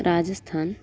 राजस्थानम्